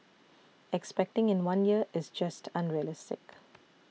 expecting in one year is just unrealistic